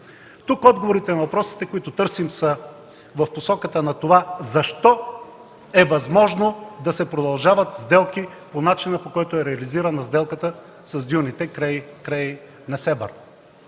Отговорите на въпросите, които търсим, са в посоката на това – защо е възможно да се продължават сделки по начина, по който е реализирана сделката с дюните край Несебър?